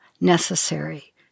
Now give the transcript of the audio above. necessary